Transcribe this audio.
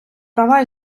права